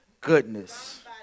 goodness